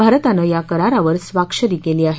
भारतानं या करारावर स्वाक्षरी केली आहे